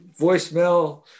voicemail